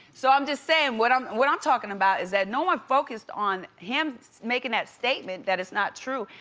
so, i'm just saying. what i'm what i'm talking about is that no one focused on, him making that statement, that is not true.